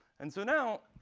and so now,